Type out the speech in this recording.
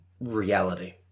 reality